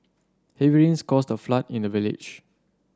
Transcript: heavy rains caused a flood in the village